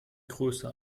größe